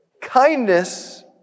kindness